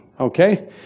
Okay